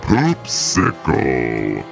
Poopsicle